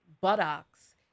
buttocks